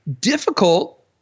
difficult